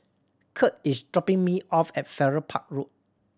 Curt is dropping me off at Farrer Park Road